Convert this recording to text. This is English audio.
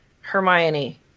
Hermione